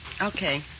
Okay